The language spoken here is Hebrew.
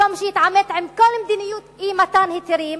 במקום שיתעמת עם כל מדיניות אי-מתן היתרים,